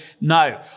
no